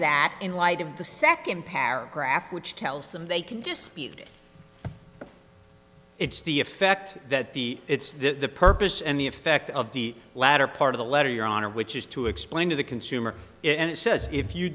that in light of the second paragraph which tells them they can dispute it it's the effect that the it's the purpose and the effect of the latter part of the letter your honor which is to explain to the consumer it says if you